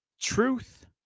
truth